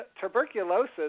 tuberculosis